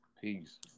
Peace